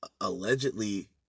allegedly